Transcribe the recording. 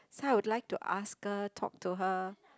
so I would like to ask her talk to her